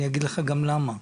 אני אגיד לך גם למה.